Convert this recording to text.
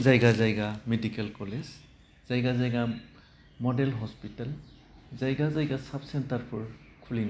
जायगा जायगा medical college जायगा जायगा मडेल हस्पितेल जायगा जायगा साब सेन्टारफोर खुलिना दोन्दों